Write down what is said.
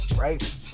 right